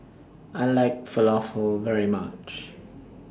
I like Falafel very much